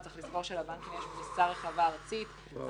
צריך לזכור שלבנקים יש פריסה ארצית רחבה